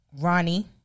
Ronnie